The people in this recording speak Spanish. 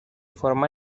forma